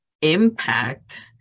impact